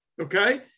okay